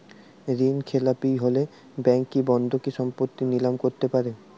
ঋণখেলাপি হলে ব্যাঙ্ক কি বন্ধকি সম্পত্তি নিলাম করতে পারে?